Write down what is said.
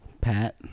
Pat